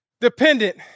dependent